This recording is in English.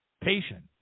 Patient